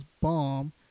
bomb